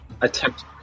attempt